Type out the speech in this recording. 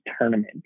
tournament